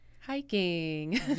hiking